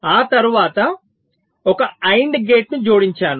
ఆ తర్వాత ఒక AND గేట్ను జోడించాను